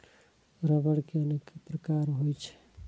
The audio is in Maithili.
रबड़ के अनेक प्रकार होइ छै